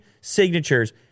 signatures